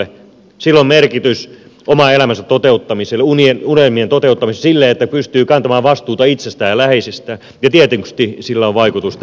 sillä on merkitys oman elämänsä toteuttamiselle unelmien toteuttamiselle sille että pystyy kantamaan vastuuta itsestään ja läheisistään ja tietysti sillä on vaikutusta hyvinvointiyhteiskunnan rahoituspohjaan